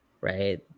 Right